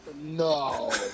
No